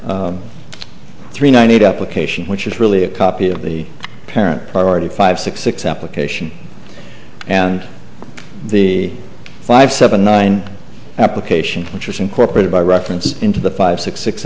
three ninety eight up with cation which is really a copy of the parent priority five six six application and the five seven nine application which was incorporated by reference into the five six six